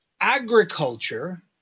Agriculture